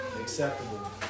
acceptable